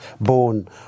born